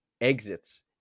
exits